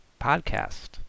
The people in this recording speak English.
podcast